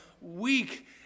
weak